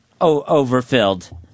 overfilled